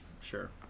sure